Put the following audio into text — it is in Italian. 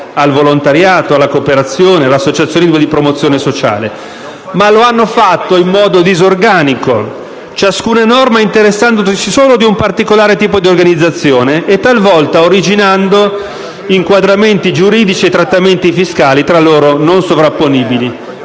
al volontariato, alla cooperazione sociale, all'associazionismo di promozione sociale - ma lo hanno fatto in modo disorganico, ciascuna norma interessandosi solo di un particolare tipo di organizzazione, talvolta originando inquadramenti giuridici e trattamenti fiscali tra loro non sovrapponibili